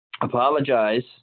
Apologize